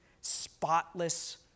...spotless